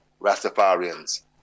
Rastafarians